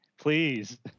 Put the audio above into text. Please